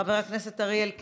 חבר הכנסת אריאל קלנר,